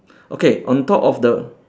okay on top of the